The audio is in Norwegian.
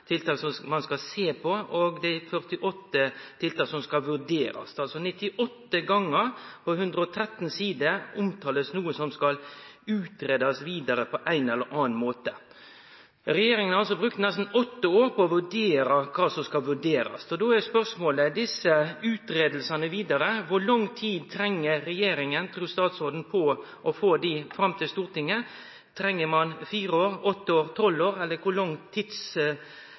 tiltak som skal utarbeidast, det er 25 tiltak ein skal sjå på, og det er 48 tiltak som skal vurderast. 98 gonger på 113 sider omtaler ein noko som skal utgreiast vidare på ein eller annen måte. Regjeringa har brukt nesten åtte år på å vurdere kva som skal vurderast. Då er spørsmålet: Kor lang tid treng regjeringa og statsråden på å få desse utgreiingane fram til Stortinget? Treng ein fire, åtte eller tolv år?